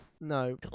No